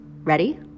Ready